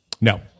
No